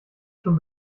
schon